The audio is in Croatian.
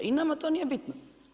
I nama to nije bitno.